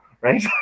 right